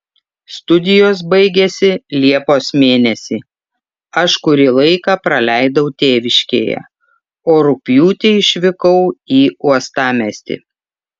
studijos baigėsi liepos mėnesį aš kurį laiką praleidau tėviškėje o rugpjūtį išvykau į uostamiestį